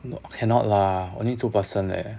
no cannot lah only two person leh